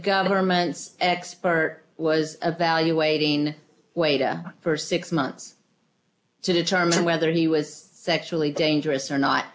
government's expert was evaluating weta for six months to determine whether he was sexually dangerous or not